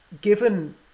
given